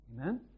Amen